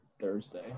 thursday